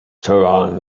tehran